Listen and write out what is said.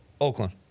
Oakland